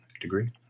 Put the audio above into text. degree